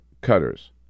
cutters